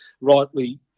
rightly